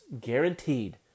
guaranteed